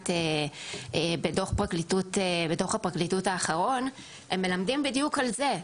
בדוח הפרקליטות האחרון מלמדים בדיוק על זה.